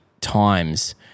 times